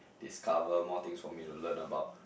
discover more things for me to learn about